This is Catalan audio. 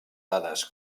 dades